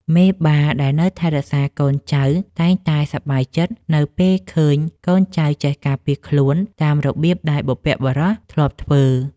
មេបាដែលនៅថែរក្សាកូនចៅតែងតែសប្បាយចិត្តនៅពេលឃើញកូនចៅចេះការពារខ្លួនតាមរបៀបដែលបុព្វបុរសធ្លាប់ធ្វើ។